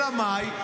אלא מאי?